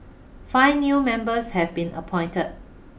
five new members have been appointed